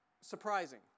Surprising